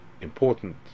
important